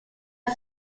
are